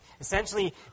Essentially